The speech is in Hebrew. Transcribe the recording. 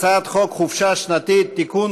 הצעת חוק חופשה שנתית (תיקון,